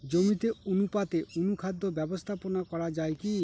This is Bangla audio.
জমিতে অনুপাতে অনুখাদ্য ব্যবস্থাপনা করা য়ায় কি?